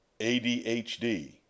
ADHD